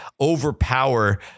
overpower